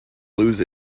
lose